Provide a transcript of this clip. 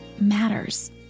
matters